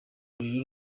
rurerure